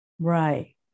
Right